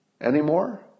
anymore